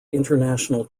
international